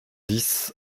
dix